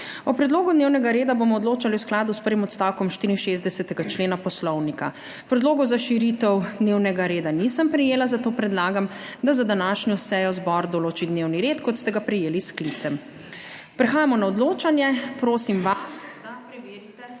O predlogu dnevnega reda bomo odločali v skladu s prvim odstavkom 64. člena Poslovnika. Predlogov za širitev dnevnega reda nisem prejela, zato predlagam, da za današnjo sejo zbor določi dnevni red, kot ste ga prejeli s sklicem. Prehajamo na odločanje. Prosim vas, da preverite